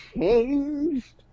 changed